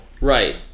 Right